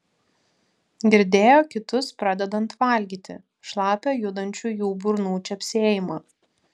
girdėjo kitus pradedant valgyti šlapią judančių jų burnų čepsėjimą